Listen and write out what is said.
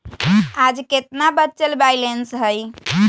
आज केतना बचल बैलेंस हई?